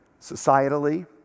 societally